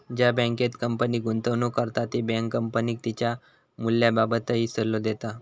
ज्या बँकेत कंपनी गुंतवणूक करता ती बँक कंपनीक तिच्या मूल्याबाबतही सल्लो देता